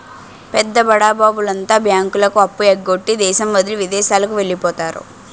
పెద్ద బడాబాబుల అంతా బ్యాంకులకు అప్పు ఎగ్గొట్టి దేశం వదిలి విదేశాలకు వెళ్లిపోతారు